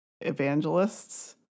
evangelists